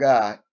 God